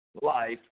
life